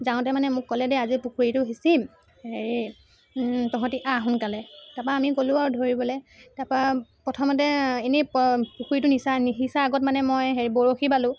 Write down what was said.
যাওঁতে মানে মোক ক'লে দেই আজি পুখুৰীটো সিঁচিম হেৰি তহঁতি আহ সোনকালে তাৰপৰা আমি গ'লো আৰু ধৰিবলৈ তাৰপৰা প্ৰথমতে এনেই পুখুৰীটো নিচা নিসিঁচা আগত মানে মই হেৰি বৰশী বালোঁ